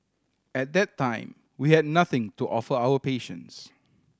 at that time we had nothing to offer our patients